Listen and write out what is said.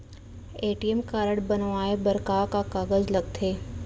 ATM card बनवाये बर का का कागज लगथे?